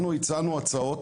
אנחנו הצענו הצעות,